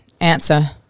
answer